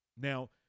Now